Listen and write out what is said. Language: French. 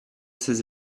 ses